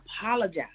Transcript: apologize